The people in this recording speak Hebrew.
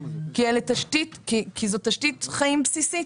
כי זאת תשתית חיים בסיסית.